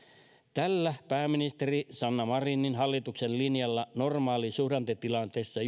tällä pääministeri sanna marinin hallituksen linjalla normaalisuhdannetilanteessa